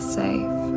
safe